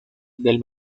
del